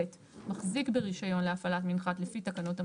מחזיק ברישיון להפעלת מנחת לפי תקנות המנחתים,